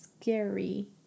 scary